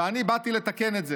ואני באתי לתקן את זה,